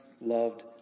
loved